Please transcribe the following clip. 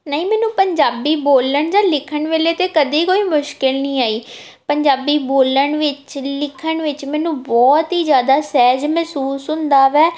ਨਹੀਂ ਮੈਨੂੰ ਪੰਜਾਬੀ ਬੋਲਣ ਜਾਂ ਲਿਖਣ ਵੇਲੇ ਤਾਂ ਕਦੇ ਕੋਈ ਮੁਸ਼ਕਿਲ ਨਹੀਂ ਆਈ ਪੰਜਾਬੀ ਬੋਲਣ ਵਿੱਚ ਲਿਖਣ ਵਿੱਚ ਮੈਨੂੰ ਬਹੁਤ ਹੀ ਜ਼ਿਆਦਾ ਸਹਿਜ ਮਹਿਸੂਸ ਹੁੰਦਾ ਵੈ